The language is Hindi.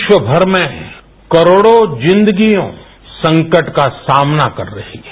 विश्वभर में करोडों जिन्दगिया संकट का सामना कर रही है